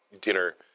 dinner